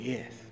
Yes